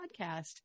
podcast